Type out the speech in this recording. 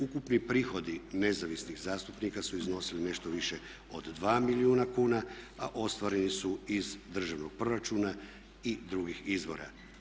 Ukupni prihodi nezavisnih zastupnika su iznosili nešto više od 2 milijuna kuna, a ostvareni su iz državnog proračuna i drugih izvora.